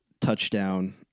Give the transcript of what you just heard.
touchdown